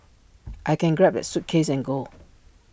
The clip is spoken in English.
I can grab that suitcase and go